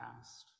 past